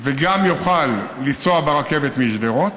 וגם יוכל לנסוע ברכבת משדרות,